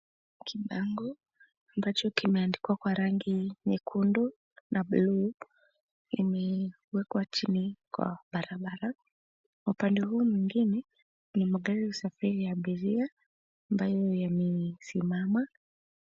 Kibango ambacho kimeandikwa kwa rangi nyekundu na buluu imewekwa chini kwa barabara. Upande huu mwingine ni magari ya usafiri ya abiria ambayo yamesimama.